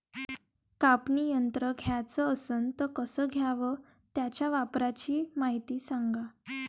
कापनी यंत्र घ्याचं असन त कस घ्याव? त्याच्या वापराची मायती सांगा